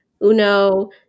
Uno